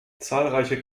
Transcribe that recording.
zahlreiche